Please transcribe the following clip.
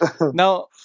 now